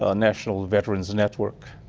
ah national veterans network,